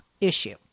issue